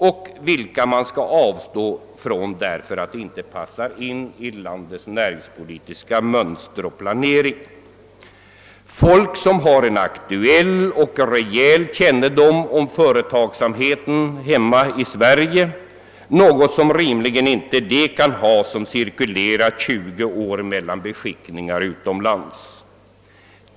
Och vilka man skall avstå från därför att de inte passar in i landets näringspolitiska mönster och planering. Folk som har en aktuell och rejäl kännedom om företagsamheten hemma i Sverige — något som rimligen inte de kan ha som cirkulerat tjugo år mellan beskickningar utomlands.